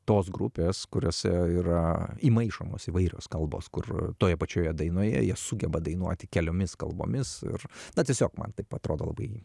tos grupės kuriose yra įmaišomos įvairios kalbos kur toje pačioje dainoje jie sugeba dainuoti keliomis kalbomis ir na tiesiog man tai atrodo labai